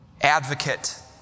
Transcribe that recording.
Advocate